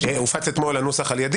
הנוסח הופץ אתמול על-ידי,